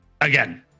Again